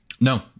No